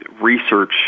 research